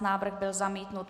Návrh byl zamítnut.